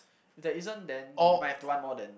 if there isn't then you might have to want more than